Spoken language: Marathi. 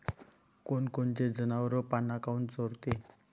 कोनकोनचे जनावरं पाना काऊन चोरते?